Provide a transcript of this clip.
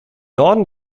norden